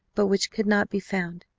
but which could not be found.